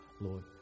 Lord